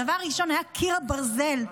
הדבר הראשון היה קיר הברזל,